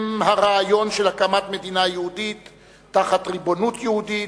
הרעיון של הקמת מדינה יהודית תחת ריבונות יהודית,